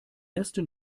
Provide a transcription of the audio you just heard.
ersten